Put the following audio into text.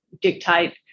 dictate